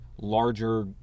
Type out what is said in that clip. Larger